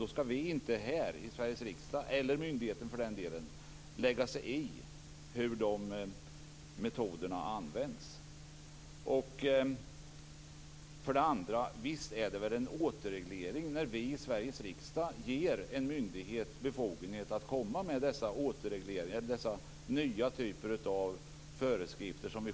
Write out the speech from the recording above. Då skall vi här i Sveriges riksdag - eller myndigheten, för den delen - inte lägga oss i hur metoderna används. Visst är det fråga om en återreglering när vi i Sveriges riksdag ger en myndighet befogenhet att utfärda dessa nya typer av föreskrifter.